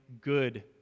good